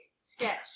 sketch